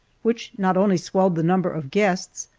which not only swelled the number of guests,